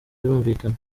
birumvikana